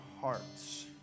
hearts